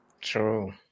True